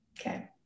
okay